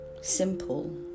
simple